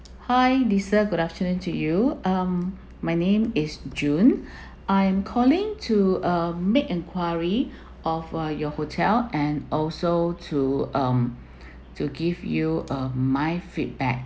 hi lisa good afternoon to you um my name is jun I'm calling to uh make enquiry of uh your hotel and also to um to give you uh my feedback